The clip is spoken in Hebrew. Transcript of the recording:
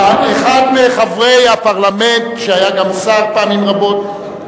אחד מחברי הפרלמנט שהיה גם שר פעמים רבות,